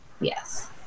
Yes